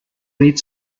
read